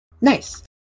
Nice